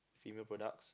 female products